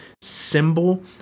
symbol